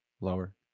lower